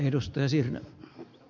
arvoisa puhemies